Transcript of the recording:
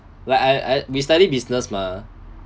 like I I we study business mah